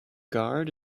guard